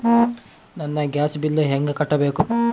ನನ್ನ gas bill ಹೆಂಗ ಕಟ್ಟಬೇಕು?